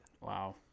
wow